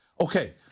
Okay